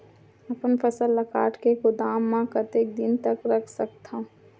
अपन फसल ल काट के गोदाम म कतेक दिन तक रख सकथव?